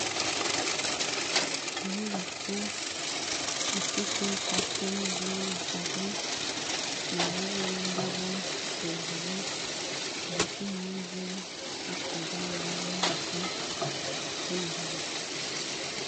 Inyubako ifite pasiparume zirimo amapave, amavaze y'indabo hejuru, ibiti hanze, hakurya izindi nyubako ndetse na jaride.